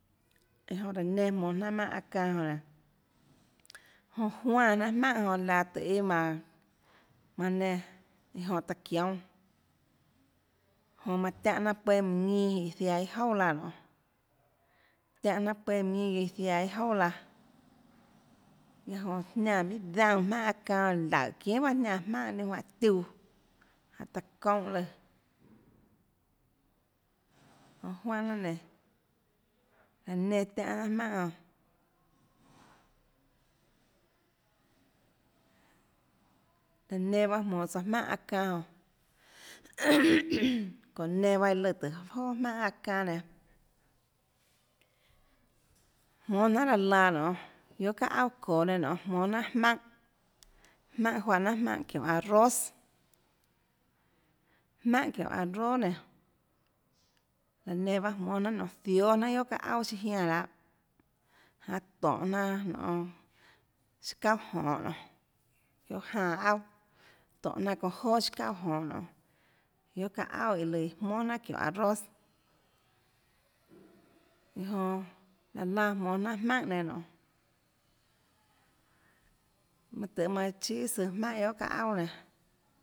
Iã jonã laã nenã jmonå jnanà jmaùnhà aâ çanâ jonã nénå jonã juánã jnanà jmaùnhà jonã laå tøhê iâ mánå manã nenã iã jonã taã çioúnâ jonã manã tiánhã jnanà pueâ minã ñinâ iã ziaã iâ jouà laã nionê tiánhã jnanà pueâ minã ñinâ iã ziaã iâ jouà laãguiaâ jonã jniánã minhà daúnã jmaùnhà aâ çanâ jonã laùhå çinhà bahâ jniánã jmaùnhà ninâ juáhã tiuãjánhå taã çoúnhã lùã jonã juánhã jnanà nénå laã nenã tiánhã jnanà jmaùnhà jonãlaã enã bahâ jmonå tsouã jmaùnhà aâ çanâ jonã çounã nenã bahâ lùã tùhå joà guiohà jmaùnhà aâ çanâ nenã jmónâ jnanhà raã laã nionê guiohà ðaâ auà çoå nenã nonê jmónâ jnanhà jmaùnhàjmaùnhà juáhã jnanhà çiónhå arroz jmaùnhà çiónå arroz nenã laã enã bahâ jmónâ jnanhà nonê zióâ jnanhà guiohà çaâ auà chiâ jiánã janê tónhå jnanà nonê siâ çauà jonhå nonê guiohà janã auà tónhå jnanà çounã joà siâ çauà jonhå nonê guiohà çaâ auà iã lùã jmónàçiónhå arroz iã jonãlaã laã jmonå jnanà jmaùnhà nenã nonê mønâ tøhê manã chíà søã jmaùnhà guiohà çaâ auà